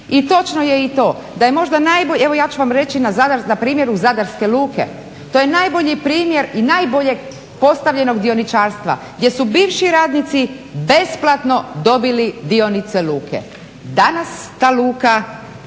I točno je i to da je možda, evo ja ću vam reći na primjeru Zadarske luke. To je najbolji primjer i najboljeg postavljenog dioničarstva, gdje su bivši radnici besplatno dobili dionice luke. Danas ta luka,